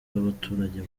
rw’abaturage